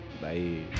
Bye